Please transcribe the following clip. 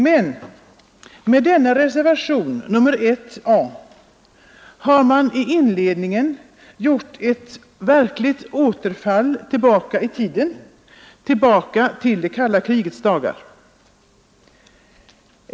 Men i inledningen till den reservationen har man gjort ett återfall till det kalla krigets dagar.